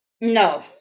No